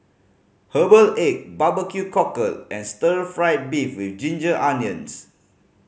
herbal egg barbecue cockle and stir fried beef with ginger onions